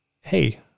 hey